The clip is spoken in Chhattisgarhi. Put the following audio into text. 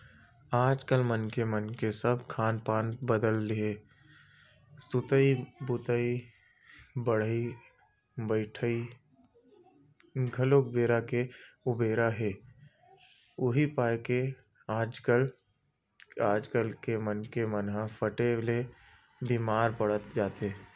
आजकल मनखे मन के सब खान पान बदले हे सुतई बइठई घलोक बेरा के उबेरा हे उहीं पाय के आजकल के मनखे मन ह फट ले बीमार पड़ जाथे